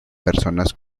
personas